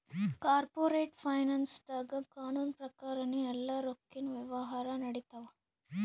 corporate ಫೈನಾನ್ಸ್ದಾಗ್ ಕಾನೂನ್ ಪ್ರಕಾರನೇ ಎಲ್ಲಾ ರೊಕ್ಕಿನ್ ವ್ಯವಹಾರ್ ನಡಿತ್ತವ